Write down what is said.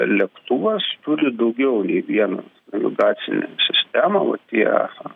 lėktuvas turi daugiau nei vieną navigacinę sistemą vat tie